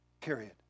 period